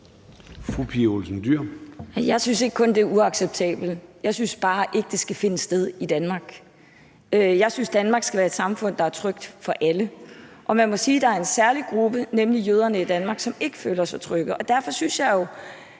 Jeg synes ikke kun, at det er uacceptabelt. Jeg synes, at det bare ikke skal finde sted i Danmark. Jeg synes, at vi i Danmark skal have et samfund, der er trygt for alle. Og man må sige, at der er en særlig gruppe i Danmark, nemlig jøderne, der ikke føler sig trygge, og derfor synes jeg jo,